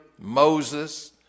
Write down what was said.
Moses